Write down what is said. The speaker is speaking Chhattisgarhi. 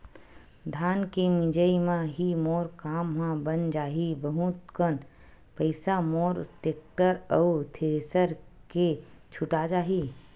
धान के मिंजई म ही मोर काम ह बन जाही बहुत कन पईसा मोर टेक्टर अउ थेरेसर के छुटा जाही